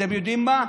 אתם יודעים מה,